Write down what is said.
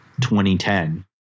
2010